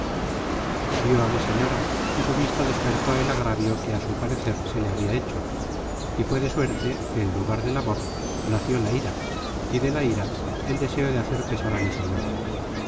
vió á mi señora y su vista despertó el agravio que á su parecer se le habia hecho y fué de suerte que en lugar del amor nació la ira y de la ira el deseo de hacer pesar á mi señora